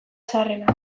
zaharrenak